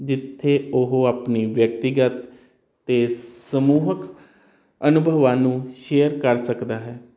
ਜਿੱਥੇ ਉਹ ਆਪਣੀ ਵਿਅਕਤੀਗਤ ਤੇ ਸਮੂਹਿਕ ਅਨੁਭਵ ਨੂੰ ਸ਼ੇਅਰ ਕਰ ਸਕਦਾ ਹੈ ਭਾਵੇਂ ਇੱਕ ਨਵਾਂ ਸੰਕਲਪ ਨਹੀਂ ਕਹਿ ਸਕਦੇ ਪਰ ਆਦਮੀ ਕੀ ਯੁਗ ਵਿੱਚ